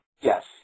Yes